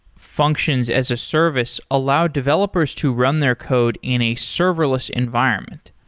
functions as a service allowed developers to run their code in a serverless environment.